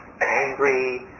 angry